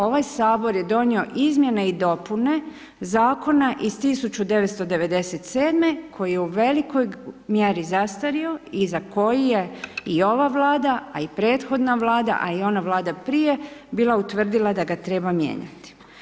Ovaj Sabor je donio izmjene i dopune zakona iz 1997. koji je u velikoj mjeri zastario i za koji je i ova Vlada, a i prethodna Vlada, a i ona Vlada prije bila utvrdila da ga treba mijenjati.